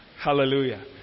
Hallelujah